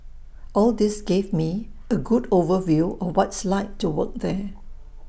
all this gave me A good overview of what it's like to work there